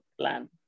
plan